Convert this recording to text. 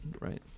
Right